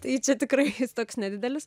tai čia tikrai toks nedidelis